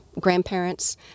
grandparents